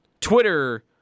Twitter